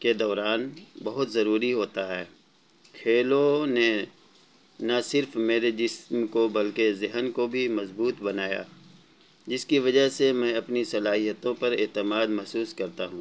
کے دوران بہت ضروری ہوتا ہے کھیلوں نے نہ صرف میرے جسم کو بلکہ ذہن کو بھی مضبوط بنایا جس کی وجہ سے میں اپنی صلاحیتوں پر اعتماد محسوس کرتا ہوں